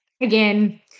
again